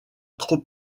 trop